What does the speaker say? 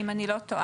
אם איני טועה,